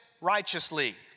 righteously